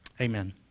Amen